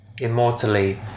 immortally